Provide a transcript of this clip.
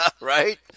right